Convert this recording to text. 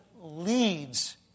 leads